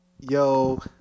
Yo